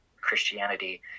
Christianity